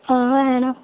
हां हैन